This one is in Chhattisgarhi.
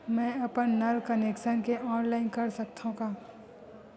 मैं अपन नल कनेक्शन के ऑनलाइन कर सकथव का?